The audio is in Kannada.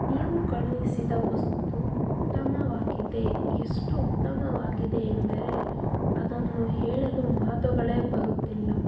ನೀವು ಕಳುಹಿಸಿದ ವಸ್ತು ಉತ್ತಮವಾಗಿದೆ ಎಷ್ಟು ಉತ್ತಮವಾಗಿದೆ ಎಂದರೆ ಅದನ್ನು ಹೇಳಲು ಮಾತುಗಳೇ ಬರುತ್ತಿಲ್ಲ